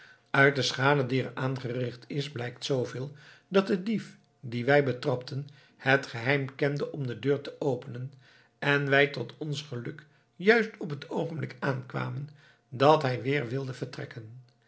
uit de schade die er aangericht is blijkt zooveel dat de dief dien wij betrapten het geheim kende om de deur te openen en wij tot ons geluk juist op het oogenblik aankwamen dat hij weer wilde vertrekken